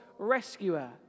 rescuer